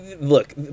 look